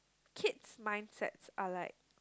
kids mindsets are like